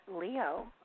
Leo